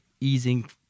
easing